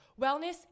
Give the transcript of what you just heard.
Wellness